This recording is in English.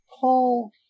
Paul